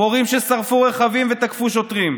פורעים ששרפו רכבים ותקפו שוטרים.